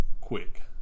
quick